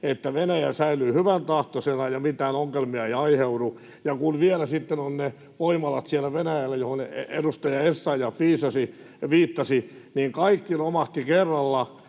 että Venäjä säilyy hyväntahtoisena ja mitään ongelmia ei aiheudu. Ja kun vielä sitten ne voimalat ovat siellä Venäjällä, mihin edustaja Essayah viittasi, niin kaikki romahti kerralla,